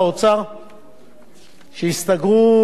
שהסתגרו אחרי לא מעט זמן